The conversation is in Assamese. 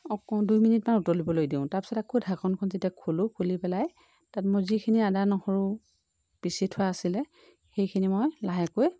দুই মিনিটমান উতলিব দিওঁ তাৰপিছত আকৌ ঢাকনখন যেতিয়া খোলোঁ খুলি পেলাই তাত মই যিখিনি আদা নহৰু পিচি থোৱা আছিলে সেইখিনি মই লাহেকৈ